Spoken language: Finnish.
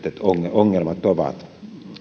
ongelmat ovat